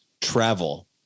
travel